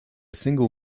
single